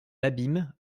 l’abîme